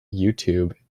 youtube